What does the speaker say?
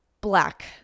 black